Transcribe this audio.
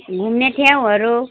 घुम्ने ठाउँहरू